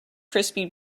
crispy